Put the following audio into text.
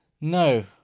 No